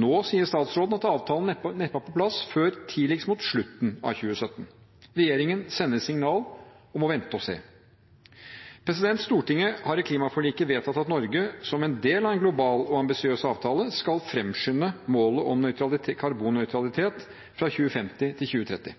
Nå sier statsråden at avtalen neppe er på plass før tidligst mot slutten av 2017. Regjeringen sender et signal om å vente og se. Stortinget har i klimaforliket vedtatt at Norge, som en del av en global og ambisiøs avtale, skal framskynde målet om karbonnøytralitet fra 2050 til 2030.